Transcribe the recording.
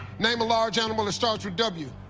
name a large animal that starts with w.